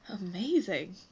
Amazing